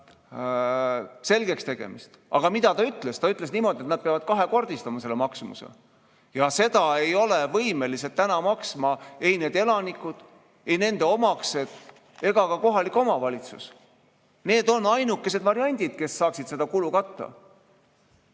selgeks tegemist. Aga mida ta ütles? Ta ütles niimoodi, et nad peavad kahekordistama selle maksumuse. Ja seda ei ole võimelised maksma ei need elanikud, ei nende omaksed ega ka kohalik omavalitsus. Need on ainukesed variandid, kes saaksid seda kulu katta.